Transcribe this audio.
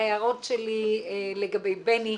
ההערות שלי לגבי בני.